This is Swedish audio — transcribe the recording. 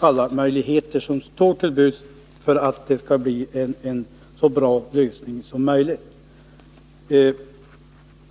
alla möjligheter som står till buds för att det skall bli en så bra lösning som möjligt.